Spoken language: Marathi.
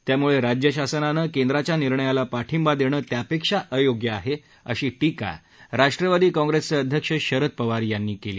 त्यामुळं राज्य शासनानं केंद्राच्या निर्णयाला पाठींबा देणं त्यापेक्षा अयोग्य आहे अशी टीका राष्ट्रवादी काँग्रेसचे अध्यक्ष शरद पवार यांनी केली